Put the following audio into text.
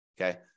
Okay